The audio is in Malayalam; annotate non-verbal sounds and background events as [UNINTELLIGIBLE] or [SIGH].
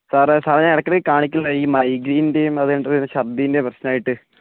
സാറേ സാറേ ഞാൻ ഇടയ്ക്കിടക്ക് കാണിക്കുന്നയാ ഈ മൈഗ്രെനിൻ്റെയും [UNINTELLIGIBLE] ഛർദ്ദിൻ്റെയും പ്രശ്നമായിട്ട്